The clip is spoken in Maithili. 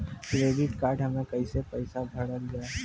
क्रेडिट कार्ड हम्मे कैसे पैसा भरल जाए?